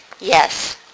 Yes